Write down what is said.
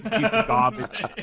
Garbage